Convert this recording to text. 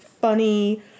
funny